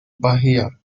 bahia